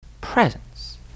presence